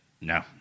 No